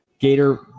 Gator